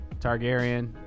Targaryen